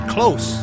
Close